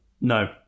No